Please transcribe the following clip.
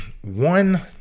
one